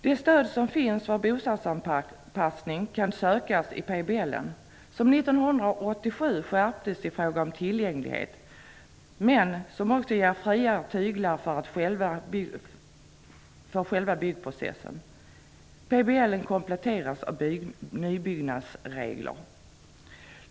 Det stöd som finns för bostadsanpassning stadgas i PBL, som 1987 skärptes vad gäller kraven på tillgänglighet men som också ger friare tyglar för själva byggprocessen. Bestämmelserna i PBL kompletteras av särskilda nybyggnadsregler.